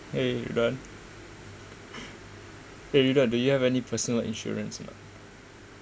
eh eh do you have any personal insurance or not